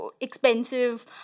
expensive